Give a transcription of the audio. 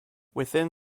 within